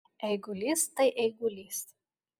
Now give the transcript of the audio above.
eigulys tai eigulys